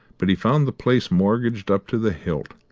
but he found the place mortgaged up to the hilt.